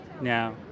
now